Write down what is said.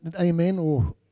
amen